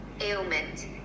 ailment